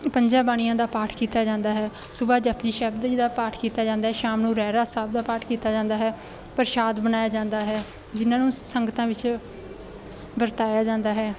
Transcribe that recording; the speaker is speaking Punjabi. ਪੰਜਾਂ ਬਾਣੀਆਂ ਦਾ ਪਾਠ ਕੀਤਾ ਜਾਂਦਾ ਹੈ ਸੁਬਹਾ ਜਪਜੀ ਸਾਹਿਬ ਜੀ ਦਾ ਪਾਠ ਕੀਤਾ ਜਾਂਦਾ ਸ਼ਾਮ ਨੂੰ ਰਹਿਰਾਸ ਸਾਹਿਬ ਦਾ ਪਾਠ ਕੀਤਾ ਜਾਂਦਾ ਹੈ ਪ੍ਰਸ਼ਾਦ ਬਣਾਇਆ ਜਾਂਦਾ ਹੈ ਜਿਹਨਾਂ ਨੂੰ ਸੰਗਤਾਂ ਵਿੱਚ ਵਰਤਾਇਆ ਜਾਂਦਾ ਹੈ